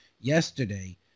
yesterday